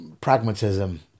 pragmatism